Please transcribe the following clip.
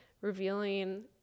revealing